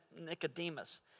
Nicodemus